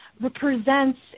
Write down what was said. represents